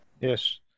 Yes